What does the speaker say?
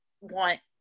want